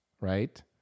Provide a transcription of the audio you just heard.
right